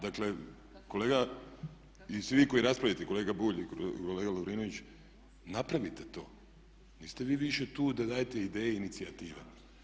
Dakle, kolega i svi ovi koji raspravljate, kolega Bulj i kolega Lovrinović, napravite to, niste vi više tu da dajete ideje i inicijative.